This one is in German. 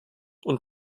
und